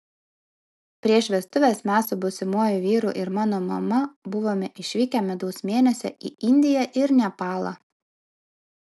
prieš vestuves mes su būsimuoju vyru ir mano mama buvome išvykę medaus mėnesio į indiją ir nepalą